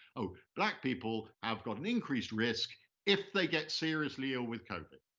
oh, black people have got an increased risk if they get seriously ill with covid,